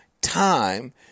time